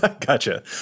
Gotcha